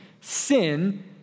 Sin